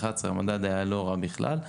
2011 המדד היה לא רע בכלל,